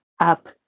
up